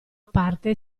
parte